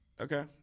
Okay